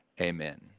amen